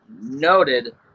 noted